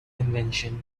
convention